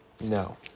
No